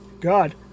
God